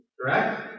Correct